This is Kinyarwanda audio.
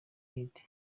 eid